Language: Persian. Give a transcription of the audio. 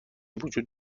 وجود